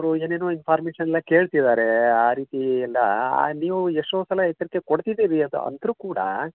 ಅವರು ಏನೇನೋ ಇನ್ಫಾರ್ಮೇಷನ್ ಎಲ್ಲ ಕೇಳ್ತಿದ್ದಾರೆ ಆ ರೀತಿ ಎಲ್ಲ ನೀವು ಎಷ್ಟೋ ಸಲ ಎಚ್ಚರಿಕೆ ಕೊಡ್ತಿದ್ದೀವಿ ಅಂತ ಅಂದರೂ ಕೂಡ